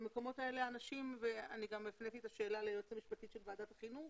אני גם הפניתי את השאלה ליועצת המשפטית של ועדת החינוך